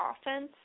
offense